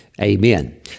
Amen